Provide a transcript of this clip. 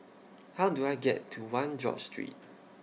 How Do I get to one George Street